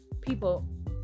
people